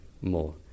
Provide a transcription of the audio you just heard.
more